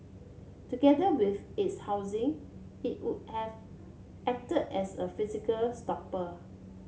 together with its housing it would have acted as a physical stopper